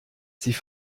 sie